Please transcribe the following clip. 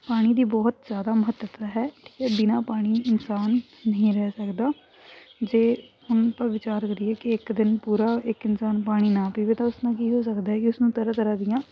ਪਾਣੀ ਦੀ ਬਹੁਤ ਜ਼ਿਆਦਾ ਮਹੱਤਤਾ ਹੈ ਠੀਕ ਹੈ ਬਿਨਾਂ ਪਾਣੀ ਇਨਸਾਨ ਨਹੀਂ ਰਹਿ ਸਕਦਾ ਜੇ ਹੁਣ ਆਪਾਂ ਵਿਚਾਰ ਕਰੀਏ ਕਿ ਇੱਕ ਦਿਨ ਪੂਰਾ ਇੱਕ ਇਨਸਾਨ ਪਾਣੀ ਨਾ ਪੀਵੇ ਤਾਂ ਉਸਨੂੰ ਕੀ ਹੋ ਸਕਦਾ ਕਿ ਉਸਨੂੰ ਤਰ੍ਹਾਂ ਤਰ੍ਹਾਂ ਦੀਆਂ